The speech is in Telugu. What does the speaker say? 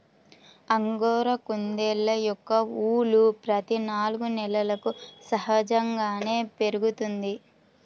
అంగోరా కుందేళ్ళ యొక్క ఊలు ప్రతి నాలుగు నెలలకు సహజంగానే పెరుగుతుంది